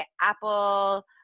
Apple